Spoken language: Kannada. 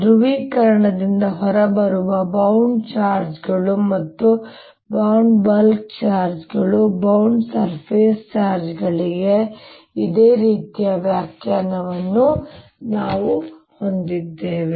ಧ್ರುವೀಕರಣದಿಂದ ಹೊರಬರುವ ಬೌಂಡ್ ಚಾರ್ಜ್ಗಳು ಮತ್ತು ಬೌಂಡ್ ಬಲ್ಕ್ ಚಾರ್ಜ್ಗಳು ಬೌಂಡ್ ಸರ್ಫೇಸ್ ಚಾರ್ಜ್ಗಳಿಗೆ ಇದೇ ರೀತಿಯ ವ್ಯಾಖ್ಯಾನವನ್ನು ನಾವು ಹೊಂದಿದ್ದೇವೆ